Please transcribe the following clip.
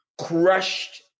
crushed